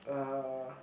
ah